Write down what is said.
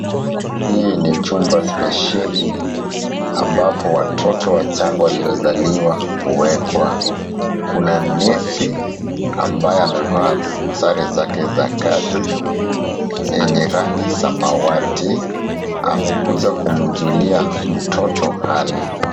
Hii ni chumba spesheli ambapo watoto wachanga waliozaliwa huwekwa. Kuna nesi ambaye amevaa sare zake za kazi yenye rangi samawati. Amekuja kumjulia mtoto hali.